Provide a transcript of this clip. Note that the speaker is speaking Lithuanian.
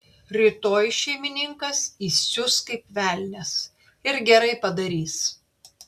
rytoj šeimininkas įsius kaip velnias ir gerai padarys